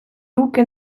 руки